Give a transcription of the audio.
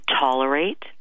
tolerate